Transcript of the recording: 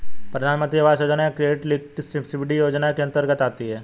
प्रधानमंत्री आवास योजना एक क्रेडिट लिंक्ड सब्सिडी योजना के अंतर्गत आती है